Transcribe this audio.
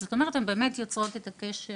זאת אומרת, הן באמת מייצרות קשר.